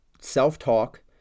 self-talk